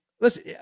Listen